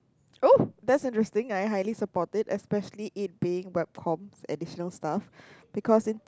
oh that's interesting I highly support it especially it being web comm additional stuff because in